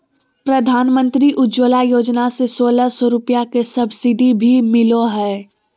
प्रधानमंत्री उज्ज्वला योजना से सोलह सौ रुपया के सब्सिडी भी मिलो हय